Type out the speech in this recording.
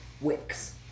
Wicks